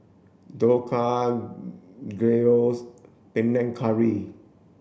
Dhokla Gyros Panang Curry